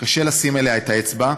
שקשה לשים עליה את האצבע,